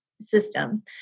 system